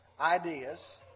ideas